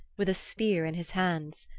with a spear in his hands.